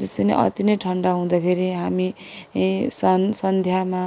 जस्तै नै अति नै ठन्डा हुँदाखेरि हामी ए सन् सन्ध्यामा